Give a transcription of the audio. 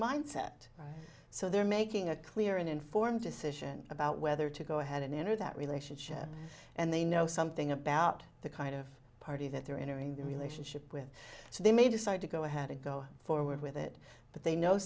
mindset so they're making a clear and informed decision about whether to go ahead and enter that relationship and they know something about the kind of party that they're entering the relationship with so they may decide to go ahead and go forward with it but they know